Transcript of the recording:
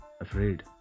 afraid